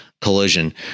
collision